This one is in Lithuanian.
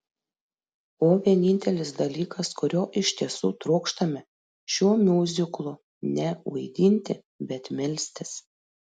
o vienintelis dalykas kurio iš tiesų trokštame šiuo miuziklu ne vaidinti bet melstis